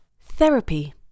Therapy